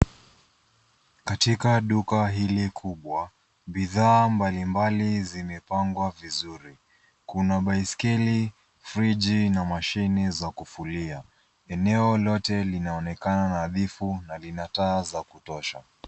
Katika duka hili kubwa, bidhaa mbalimbali zimepangwa vizuri. Kuna baiskeli, friji na mashine za kufulia. Eneo lote linaonekana nadhifu na lina taa za kutosha.